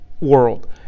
world